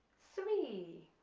three